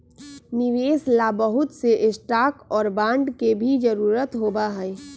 निवेश ला बहुत से स्टाक और बांड के भी जरूरत होबा हई